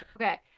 Okay